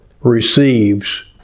receives